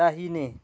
दाहिने